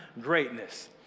greatness